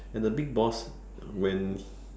and the big boss when